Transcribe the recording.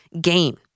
game